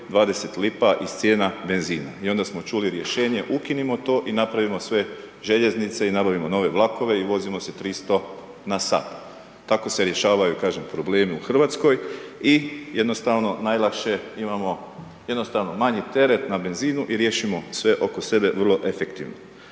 20 lipa iz cijena benzina i onda smo čuli rješenje ukinimo to i napravimo sve željeznice i nabavimo nove vlakove i vozimo se 300 na sat. Tako se rješavaju, kažem problemi u Hrvatskoj i jednostavno najlakše imamo jednostavno manji teret na benzinu i riješimo sve oko sebe vrlo efektivno.